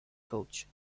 coach